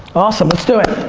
awesome. let's do it.